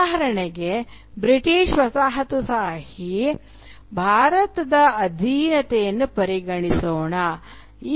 ಉದಾಹರಣೆಗೆ ಬ್ರಿಟಿಷ್ ವಸಾಹತುಶಾಹಿ ಭಾರತದ ಅಧೀನತೆಯನ್ನು ಪರಿಗಣಿಸೋಣ